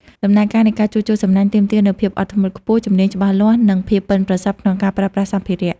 ដំណើរការនៃការជួសជុលសំណាញ់ទាមទារនូវភាពអត់ធ្មត់ខ្ពស់ ជំនាញច្បាស់លាស់ និងភាពប៉ិនប្រសប់ក្នុងការប្រើប្រាស់សម្ភារៈ។